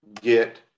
get